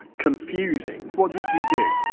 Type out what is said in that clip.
confusing, what did you do?